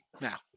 now